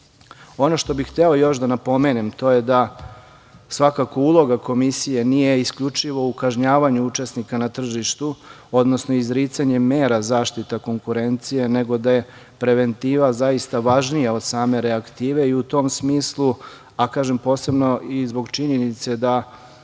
što bih hteo još da napomenem, to je da svakako uloga komisije nije isključivo u kažnjavanju učesnika na tržištu, odnosno izricanje mera zaštita konkurencije, nego da je preventiva zaista važnija od same reaktive i u tom smislu, a kažem posebno i zbog činjenica da